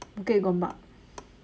bukit-gombak